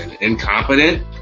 incompetent